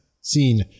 seen